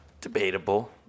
Debatable